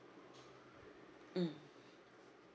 mm